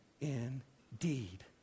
indeed